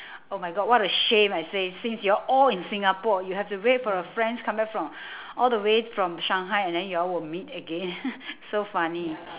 oh my god what a shame I say since you're all in singapore you have to wait for a friends come back from all the way from shanghai and then you all would meet again so funny